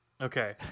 Okay